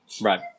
Right